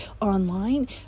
online